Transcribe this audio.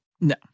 No